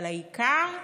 אבל העיקר,